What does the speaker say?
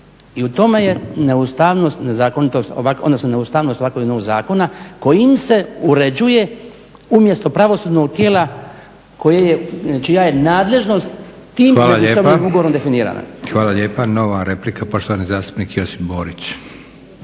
i u tome je neustavnost ovakvog jednog zakona kojim se uređuje umjesto pravosudnog tijela čija je nadležnost tim međusobnim ugovorom definirana. **Leko, Josip (SDP)** Hvala lijepa. Nova replika, poštovani zastupnik Josip Borić.